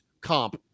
comp